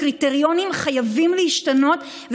הקריטריונים חייבים להשתנות,